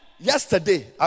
Yesterday